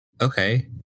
Okay